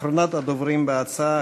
אחרונת הדוברים בהצעה,